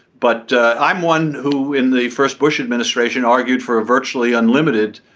but i'm one who in the first bush administration argued for a virtually unlimited